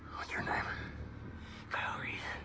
what's your name? k kyle reese.